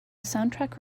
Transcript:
soundtrack